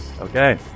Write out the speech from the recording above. Okay